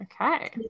Okay